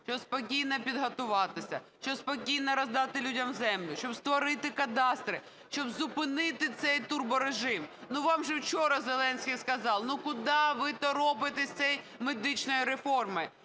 щоб спокійно підготуватися, щоб спокійно роздати людям землю, щоб створити кадастри, щоб зупинити цей турборежим. Ну вам же вчора Зеленський сказав: "Ну куди ви торопитесь з цією медичною реформою?".